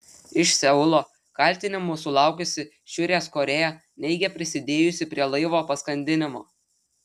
iš seulo kaltinimų sulaukusi šiurės korėja neigia prisidėjusi prie laivo paskandinimo